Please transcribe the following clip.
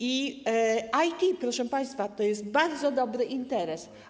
IT, proszę państwa, to jest bardzo dobry interes.